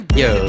yo